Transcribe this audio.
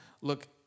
look